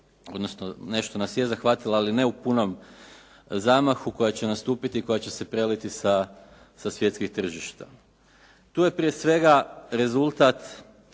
odnosno nešto nas je zahvatila ali ne u punom zamahu, koja će nastupiti i koja će se preliti sa svjetskih tržišta. Tu je prije svega rezultat